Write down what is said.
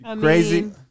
Crazy